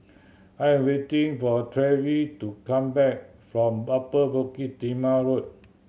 I am waiting for Treva to come back from Upper Bukit Timah Road